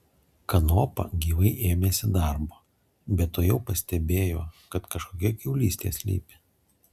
kanopa gyvai ėmėsi darbo bet tuojau pastebėjo kad kažkokia kiaulystė slypi